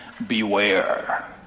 beware